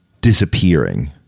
disappearing